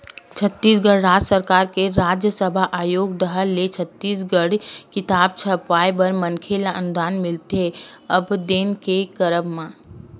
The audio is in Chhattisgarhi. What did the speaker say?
छत्तीसगढ़ राज सरकार के राजभासा आयोग डाहर ले छत्तीसगढ़ी किताब छपवाय बर मनखे ल अनुदान मिलथे आबेदन के करब म